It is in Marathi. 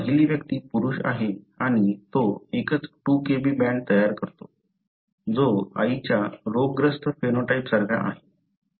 पहिली व्यक्ती पुरुष आहे आणि तो एकच 2 Kb बँड तयार करतो जो आईच्या रोगग्रस्त फेनोटाइपसारखा आहे